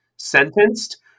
sentenced